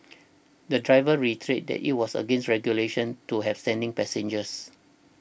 the driver reiterated that it was against regulations to have standing passengers